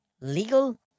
legal